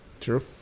True